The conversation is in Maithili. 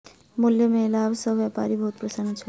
मूल्य में लाभ सॅ व्यापारी बहुत प्रसन्न छल